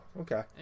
okay